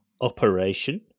Operation